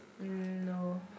No